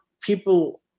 people